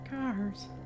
cars